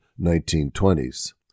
1920s